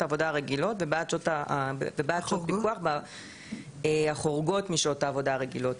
העבודה הרגילות ובעד שעות פיקוח החורגות משעות העבודה הרגילות".